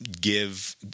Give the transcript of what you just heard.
give